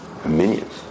Minions